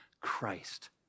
Christ